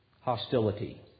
hostility